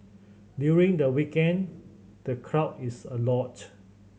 during the weekend the crowd is a lot